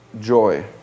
joy